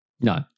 No